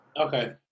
Okay